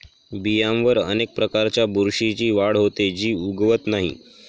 बियांवर अनेक प्रकारच्या बुरशीची वाढ होते, जी उगवत नाही